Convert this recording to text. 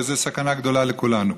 וזאת סכנה גדולה לכולנו.